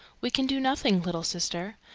we can do nothing, little sister.